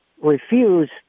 Refuse